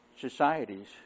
societies